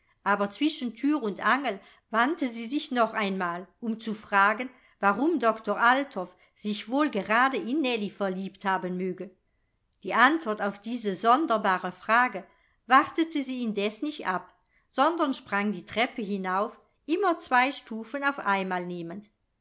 aber zwischen thür und angel wandte sie sich noch einmal um zu fragen warum doktor althoff sich wohl gerade in nellie verliebt haben möge die antwort auf diese sonderbare frage wartete sie indes nicht ab sondern sprang die treppe hinauf immer zwei stufen auf einmal nehmend